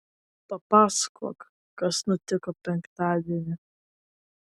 papasakok kas nutiko penktadienį